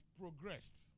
progressed